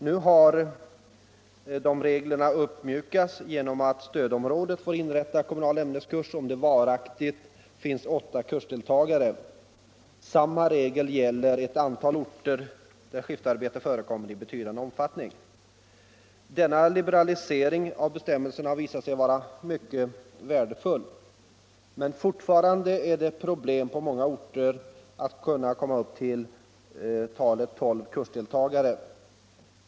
Nu har reglerna mjukats upp genom att stödområdet får inrätta kommunal ämneskurs om det varaktigt finns åtta kursdeltagare. Samma regel gäller ett antal orter där skiftarbete förekommer i betydande omfattning. Denna liberalisering av bestämmelserna har visat sig vara mycket värdefull. Men fortfarande är det problem på många orter att kunna komma upp till tolv kursdeltagare.